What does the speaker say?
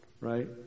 right